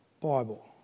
Bible